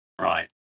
Right